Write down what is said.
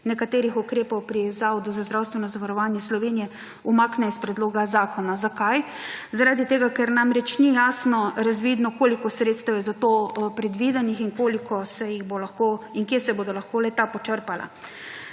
nekaterih ukrepov pri zavodu za zdravstveno zavarovanje Slovenije umakne iz predloga zakona. Zakaj? Zaradi tega, ker namreč ni jasno razvidno koliko sredstev je za to predvidenih in koliko se jih bo lahko in kje